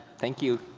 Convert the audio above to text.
thank you.